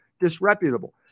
disreputable